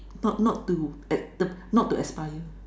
not not to at not to expire